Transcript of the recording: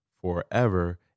forever